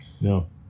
No